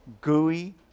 gooey